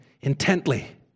intently